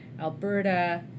Alberta